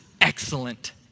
excellent